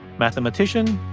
mathematician,